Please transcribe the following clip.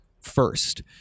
first